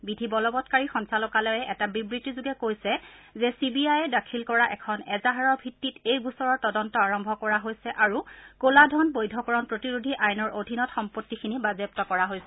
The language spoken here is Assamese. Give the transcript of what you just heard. বিধি বলবৎকাৰী সঞ্চালকালয়ে এটা বিবৃতিযোগে কৈছে যে চি বি আই এ দাখিল কৰা এখন এজাহাৰৰ ভিত্তিত এই গোচৰৰ তদন্ত আৰম্ভ কৰা হৈছে আৰু কলা ধন বৈধকৰণ প্ৰতিৰোধী আইনৰ অধীনত সম্পত্তিখিনি বাজেয়াপ্ত কৰা হৈছে